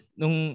nung